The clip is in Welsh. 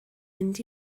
mynd